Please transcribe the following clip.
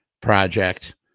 project